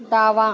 डावा